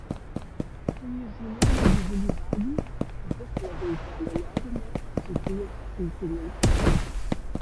suįžūlėję gyvulių vagys vis labiau kelia nerimą dzūkijos ūkininkams